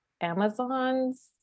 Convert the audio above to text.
Amazon's